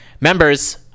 Members